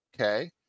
okay